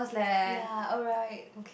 ya alright